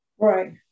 Right